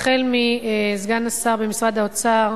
החל מסגן השר במשרד האוצר,